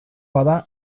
bada